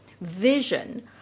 vision